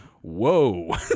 whoa